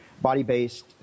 body-based